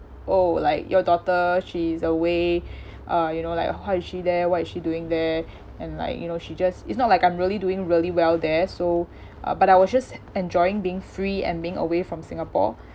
oh like your daughter she's away uh you know like uh why is she there what is she doing there and like you know she just it's not like I'm really doing really well there so uh but I was just enjoying being free and being away from singapore